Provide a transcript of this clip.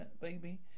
baby